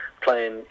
playing